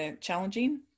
challenging